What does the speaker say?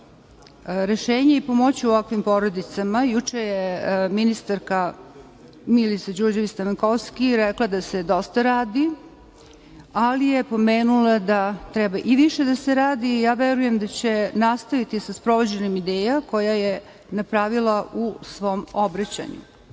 rešenje i pomoći ovakvim porodicama. Juče je ministarka Milica Đurđević Stamekovski rekla da se dosta radi, ali je pomenula da treba i više da se radi i verujem da će nastaviti sa sprovođenjem ideja koja je navela u svom obraćanju. Htela